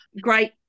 great